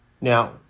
Now